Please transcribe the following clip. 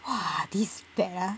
!wah! this bat ah